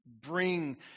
bring